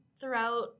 throughout